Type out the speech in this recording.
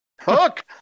Hook